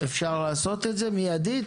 אפשר לעשות את זה מיידית?